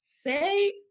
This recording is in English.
Say